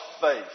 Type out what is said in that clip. faith